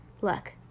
look